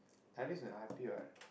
Darvis in r_p what